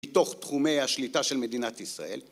מתוך תחומי השליטה של מדינת ישראל.